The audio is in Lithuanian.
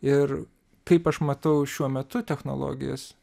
ir kaip aš matau šiuo metu technologijas